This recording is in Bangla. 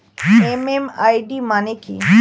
এম.এম.আই.ডি মানে কি?